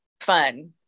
fun